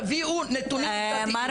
תביאו נתונים עובדתיים.